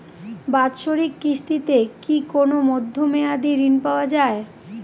বাৎসরিক কিস্তিতে কি কোন মধ্যমেয়াদি ঋণ পাওয়া যায়?